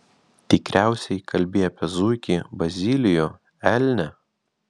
tikriausiai kalbi apie zuikį bazilijų elnią